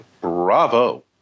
bravo